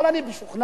אבל אני משוכנע,